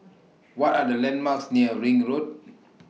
What Are The landmarks near Ring Road